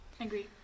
agree